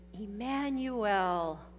Emmanuel